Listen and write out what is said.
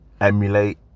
emulate